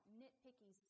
nitpicky